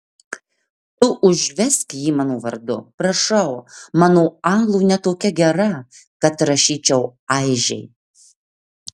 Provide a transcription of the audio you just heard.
tu užvesk jį mano vardu prašau mano anglų ne tokia gera kad rašyčiau aižei